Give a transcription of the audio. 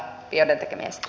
arvoisa puhemies